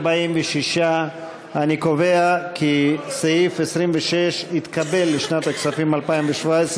46. אני קובע כי סעיף 26 לשנת הכספים 2017,